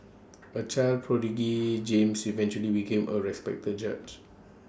A child prodigy James eventually became A respected judge